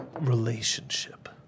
relationship